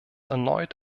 erneut